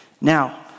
now